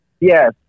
Yes